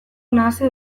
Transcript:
nahasi